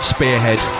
Spearhead